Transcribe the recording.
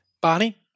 Barney